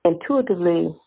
intuitively